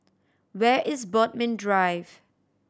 where is Bodmin Drive